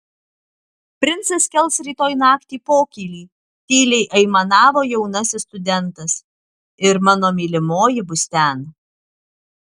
princas kels rytoj naktį pokylį tyliai aimanavo jaunasis studentas ir mano mylimoji bus ten